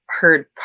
heard